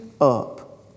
up